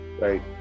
right